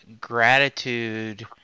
gratitude